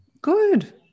Good